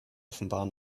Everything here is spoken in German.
offenbar